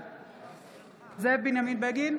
בעד זאב בנימין בגין,